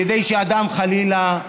כדי שאדם, חלילה,